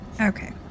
okay